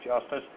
justice